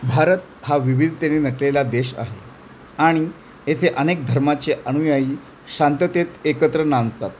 भारत हा विविधतेने नटलेला देश आहे आणि येथे अनेक धर्माचे अनुयायी शांततेत एकत्र नांदतात